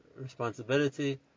responsibility